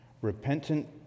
Repentant